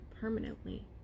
permanently